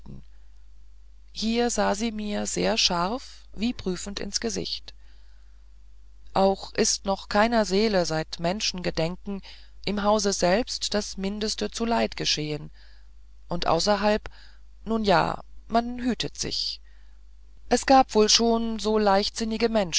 hier sah sie mir sehr scharf wie prüfend ins gesicht auch ist noch keiner seele seit menschengedenken im hause selbst das mindeste zuleid geschehn und außerhalb nun ja man hütet sich es gab wohl schon so leichtsinnige